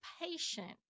patient